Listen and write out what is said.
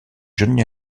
johnny